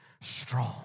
strong